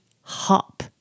hop